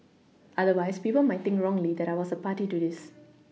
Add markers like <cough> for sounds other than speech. <noise> otherwise people might wrongly that I was party to this